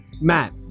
Matt